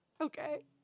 Okay